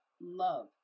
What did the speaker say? love